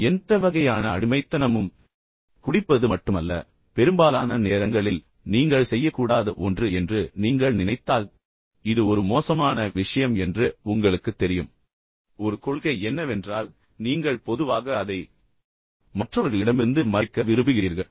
இப்போது எந்த வகையான அடிமைத்தனமும் குடிப்பது மட்டுமல்ல பெரும்பாலான நேரங்களில் நீங்கள் செய்யக்கூடாத ஒன்று என்று நீங்கள் நீங்கள் நினைத்தால் இது ஒரு மோசமான விஷயம் என்று உங்களுக்குத் தெரியும் ஒரு கொள்கை என்னவென்றால் நீங்கள் பொதுவாக அதை மற்றவர்களிடமிருந்து மறைக்க விரும்புகிறீர்கள்